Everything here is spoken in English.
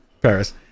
Paris